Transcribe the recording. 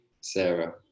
Sarah